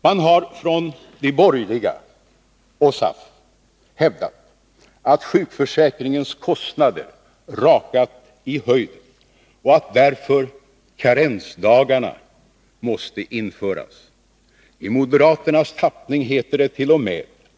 Man har från de borgerliga och SAF hävdat att sjukförsäkringens kostnader rakat i höjden och att därför karensdagarna måste införas. I moderaternas tappning heter dett.o.m.